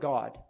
God